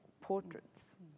portraits